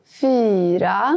fyra